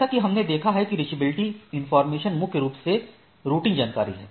जैसा कि हमने देखा कि रीचैबिलिटी informations मुख्य रूप से रूटिंग जानकारी है